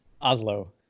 Oslo